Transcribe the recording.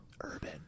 Urban